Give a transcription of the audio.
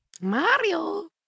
Mario